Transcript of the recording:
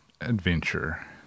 adventure